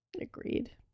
agreed